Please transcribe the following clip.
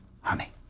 honey